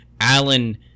Alan